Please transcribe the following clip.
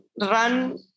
run